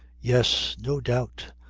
yes. no doubt,